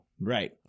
Right